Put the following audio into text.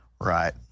Right